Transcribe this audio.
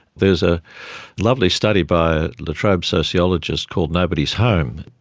there's a lovely study by a la trobe sociologist called nobody's home.